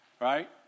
right